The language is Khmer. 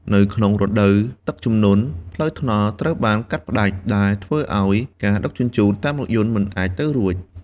នៅក្នុងរដូវទឹកជំនន់ ផ្លូវថ្នល់ត្រូវបានកាត់ផ្តាច់ ដែលធ្វើឱ្យការដឹកជញ្ជូនតាមរថយន្តមិនអាចទៅរួច។